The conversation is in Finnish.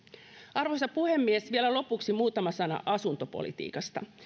arvoisa puhemies vielä lopuksi muutama sana asuntopolitiikasta